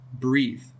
breathe